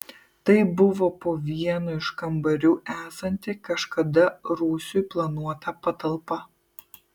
tai buvo po vienu iš kambarių esanti kažkada rūsiui planuota patalpa